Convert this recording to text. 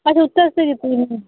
साढ़े उत्थें